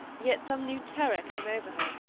yet some new terror came over her,